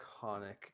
iconic